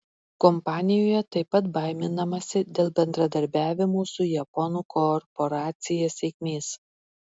kompanijoje taip pat baiminamasi dėl bendradarbiavimo su japonų korporacija sėkmės